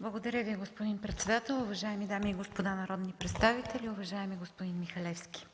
Благодаря Ви, господин председател. Уважаеми дами и господа народни представители, уважаеми господин Михалевски!